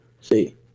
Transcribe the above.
See